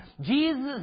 Jesus